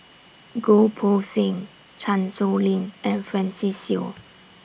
Goh Poh Seng Chan Sow Lin and Francis Seow